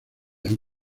han